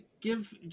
give